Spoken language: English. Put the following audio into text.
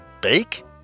Bake